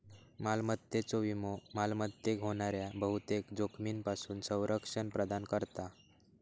मालमत्तेचो विमो मालमत्तेक होणाऱ्या बहुतेक जोखमींपासून संरक्षण प्रदान करता